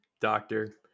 doctor